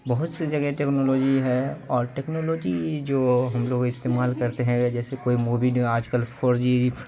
بہت سی جگہ ٹیکنالوجی ہے اور ٹیکنالوجی جو ہم لوگ استعمال کرتے ہیں جیسے کوئی مووی آج کل فور جی رف